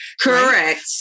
Correct